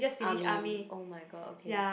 army oh-my-god okay